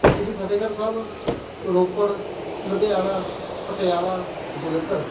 Shri Fatehgarh Sahib Ropar Ludhiana Patiala Jalandhar